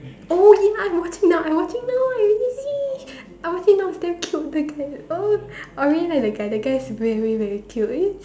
oh ya I watching now I watching now I watching now it's damn cute the guy oh I really like the guy the guy is very very cute eh